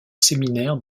séminaire